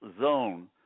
zone